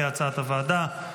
כהצעת הוועדה,